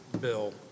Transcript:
bill